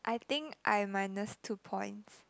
I think I minus two points